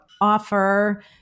offer